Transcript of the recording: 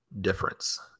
difference